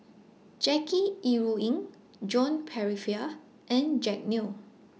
Jackie Yi Ru Ying Joan Pereira and Jack Neo